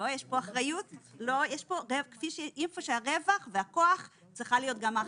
בצד הרווח והכוח צריכה להיות גם האחריות.